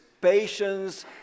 patience